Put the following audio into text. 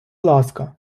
ласка